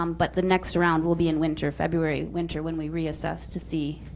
um but the next round will be in winter, february, winter when we reassess to see